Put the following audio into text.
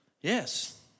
Yes